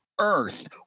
earth